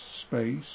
space